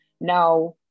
Now